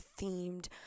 themed